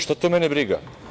Šta to mene briga.